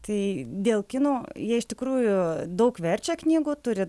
tai dėl kinų jie iš tikrųjų daug verčia knygų turi